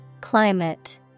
Climate